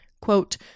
quote